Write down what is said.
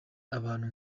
abantu